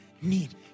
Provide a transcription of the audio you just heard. need